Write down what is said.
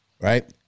right